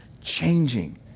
changing